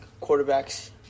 quarterbacks